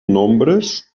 nombres